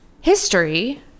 history